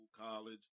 college